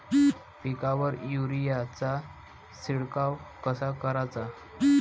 पिकावर युरीया चा शिडकाव कसा कराचा?